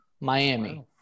Miami